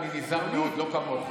אני נזהר מאוד, לא כמוך.